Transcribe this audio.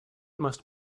must